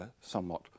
somewhat